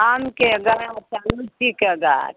आमके गाछ आ लीचीके गाछ